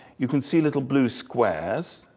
you can see little blue squares.